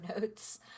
notes